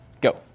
Go